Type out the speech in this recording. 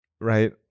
right